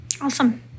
Awesome